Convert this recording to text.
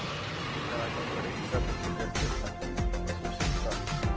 ग्राहकाकडे एकापेक्षा जास्त खाती असू शकतात